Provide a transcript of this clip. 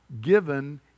given